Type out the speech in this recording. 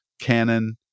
Canon